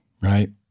right